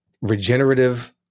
regenerative